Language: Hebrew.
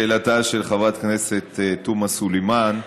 לשאלתה של חברת הכנסת תומא סלימאן.